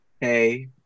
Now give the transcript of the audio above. hey